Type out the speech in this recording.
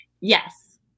Yes